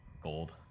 Gold